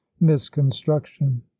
misconstruction